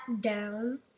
down